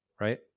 right